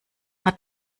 hat